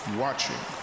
watching